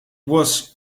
was